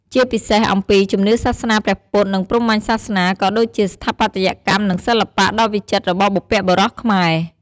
ជាពិសេសអំពី ជំនឿសាសនាព្រះពុទ្ធ និងព្រហ្មញ្ញសាសនា ក៏ដូចជា ស្ថាបត្យកម្ម និងសិល្បៈ ដ៏វិចិត្ររបស់បុព្វបុរសខ្មែរ។